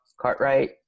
Cartwright